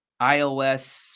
iOS